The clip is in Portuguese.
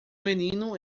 menino